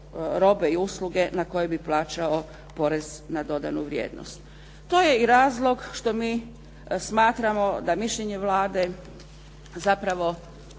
robe i usluge na koje bi plaćao porez na dodanu vrijednost. To je i razlog što mi smatramo da je mišljenje Vlade zapravo